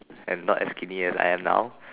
and not as skinny as I am now